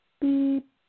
beep